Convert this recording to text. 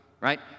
right